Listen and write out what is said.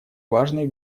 важной